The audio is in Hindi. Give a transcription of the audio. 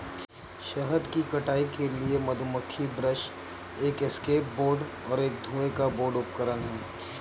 शहद की कटाई के लिए मधुमक्खी ब्रश एक एस्केप बोर्ड और एक धुएं का बोर्ड उपकरण हैं